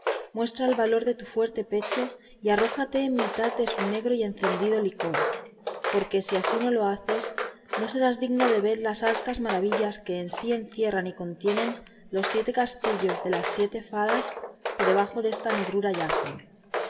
muestra el valor de tu fuerte pecho y arrójate en mitad de su negro y encendido licor porque si así no lo haces no serás digno de ver las altas maravillas que en sí encierran y contienen los siete castillos de las siete fadas que debajo desta negregura yacen